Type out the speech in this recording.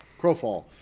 Crowfall